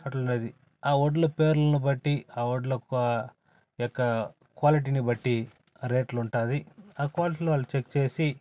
అట్లాది ఆ వడ్లు పేర్లను బట్టి ఆ వడ్లు యొక క్వాలిటీని బట్టి రేట్లుంటాయి ఆ క్వాలిటీలో వాళ్ళు చెక్ చేసి